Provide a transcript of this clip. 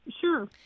Sure